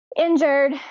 injured